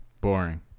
Boring